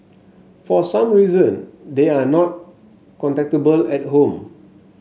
for some reason they are not contactable at home